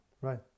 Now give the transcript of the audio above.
Right